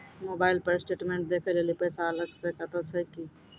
Mobile पर statement देखे लेली पैसा अलग से कतो छै की?